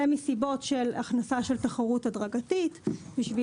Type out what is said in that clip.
זה מסיבות של הכנסה של תחרות הדרגתית כדי